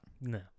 No